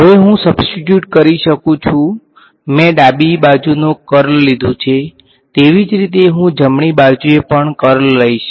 હવે હું સબ્સ્ટીટ્યુટ કરી શકુ છુ મેં ડાબી બાજુ નો કર્લ લીધું છે તેવી જ રીતે હું જમણી બાજુએ પણ કર્લ લઈશ